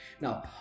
Now